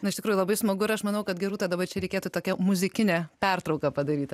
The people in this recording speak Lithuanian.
nu iš tikrųjų labai smagu ir aš manau kad gerūta dabar čia reikėtų tokią muzikinę pertrauką padaryt